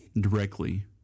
directly